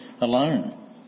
alone